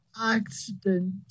accident